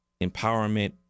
empowerment